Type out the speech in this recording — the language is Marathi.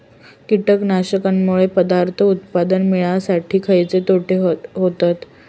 कीटकांनमुळे पदार्थ उत्पादन मिळासाठी खयचे तोटे होतत?